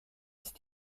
ist